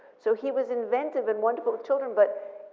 so he was inventive and wonderful with children but,